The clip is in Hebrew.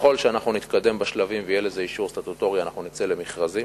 ככל שאנחנו נתקדם בשלבים ויהיה לזה אישור סטטוטורי אנחנו נצא למכרזים.